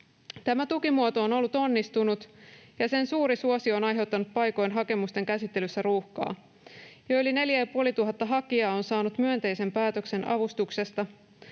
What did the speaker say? Tämä tukimuoto on ollut onnistunut, ja sen suuri suosio on aiheuttanut paikoin hakemusten käsittelyssä ruuhkaa. Jo yli 4 500 hakijaa on saanut myönteisen päätöksen avustuksesta,